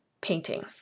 painting